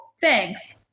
thanks